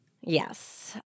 Yes